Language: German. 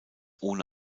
ohne